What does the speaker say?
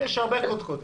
יש הרבה קודקודים.